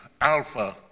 alpha